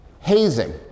hazing